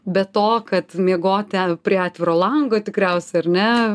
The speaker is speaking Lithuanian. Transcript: be to kad miegoti prie atviro lango tikriausiai ar ne